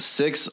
six